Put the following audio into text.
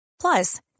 Plus